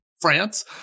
France